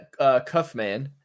cuffman